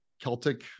celtic